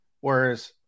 Whereas